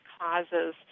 causes